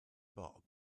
bob